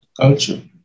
culture